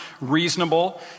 reasonable